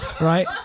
Right